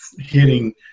hitting